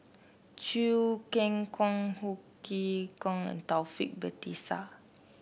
Chew Kheng Chuan Ho Chee Kong and Taufik Batisah